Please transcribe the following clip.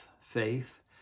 faith